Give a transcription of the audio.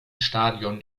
stadion